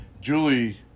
Julie